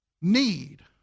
need